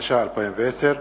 התש"ע 2010,